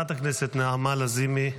חברת הכנסת נעמה לזימי,